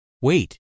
Wait